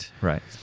Right